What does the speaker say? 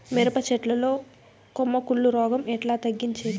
మిరప చెట్ల లో కొమ్మ కుళ్ళు రోగం ఎట్లా తగ్గించేది?